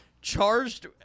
Charged